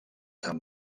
amb